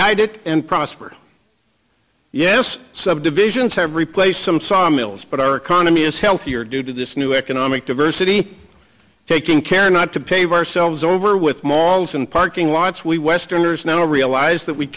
guide it and prosper yes subdivisions have replaced some sawmills but our economy is healthier due to this new economic diversity taking care not to pave ourselves over with malls and parking lots we westerners now realize that we